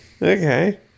okay